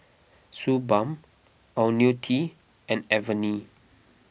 Suu Balm Ionil T and Avene